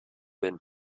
bin